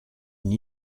une